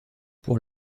pour